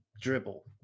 dribble